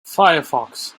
firefox